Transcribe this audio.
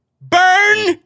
Burn